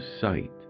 sight